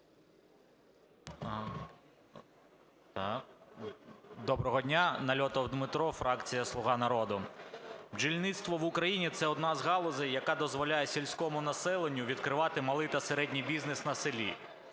Доброго дня! Нальотов Дмитро, фракція "Слуга народу". Бджільництво в Україні – це одна з галузей, яка дозволяє сільському населенню відкривати малий та середній бізнес на селі.